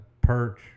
perch